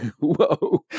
whoa